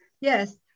Yes